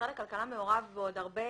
משרד הכלכלה מעורב בעוד הרבה